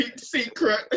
secret